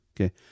Okay